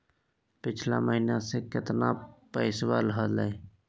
पिछला महीना मे कतना पैसवा हलय?